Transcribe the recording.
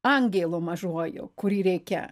angėlu mažuoju kurį reikia